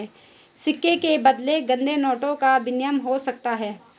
सिक्के के बदले गंदे नोटों का विनिमय हो सकता है